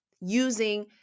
using